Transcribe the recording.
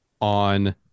on